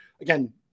Again